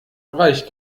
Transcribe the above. reich